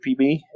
PB